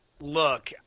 look